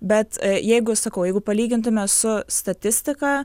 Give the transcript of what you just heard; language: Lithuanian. bet jeigu sakau jeigu palygintume su statistika